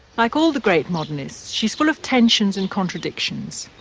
like all the great modernists, she's full of tensions and contradictions.